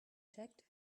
checked